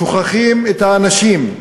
שוכחים את האנשים,